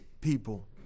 people